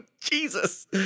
Jesus